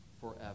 forever